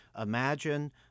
Imagine